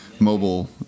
Mobile